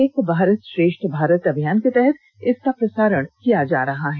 एक भारत श्रेष्ठ भारत अभियान के तहत इसका प्रसारण किया जा रहा है